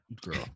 girl